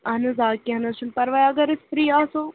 اَہَن حظ آ کیٚنٛہہ نہ حظ چھُنہٕ پَرواے اگر أسۍ فِرٛی آسو